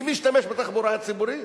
מי משתמש בתחבורה הציבורית?